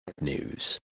news